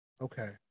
Okay